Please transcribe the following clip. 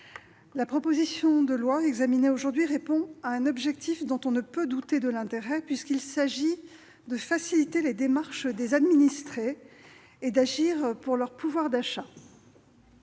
la proposition de loi examinée aujourd'hui répond à un objectif dont on ne peut douter de l'intérêt, puisqu'il s'agit de faciliter les démarches des administrés et d'agir pour leur pouvoir d'achat.